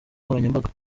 nkoranyambaga